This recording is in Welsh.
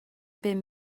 bum